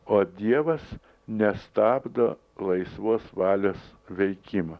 o dievas nestabdo laisvos valios veikimo